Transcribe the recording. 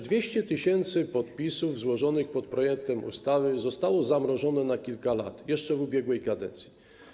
200 tys. podpisów złożonych pod projektem ustawy zostało zamrożonych na kilka lat jeszcze w ubiegłej kadencji.